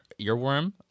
earworm